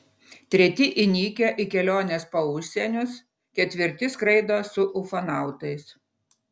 treti įnikę į keliones po užsienius ketvirti skraido su ufonautais